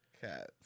cats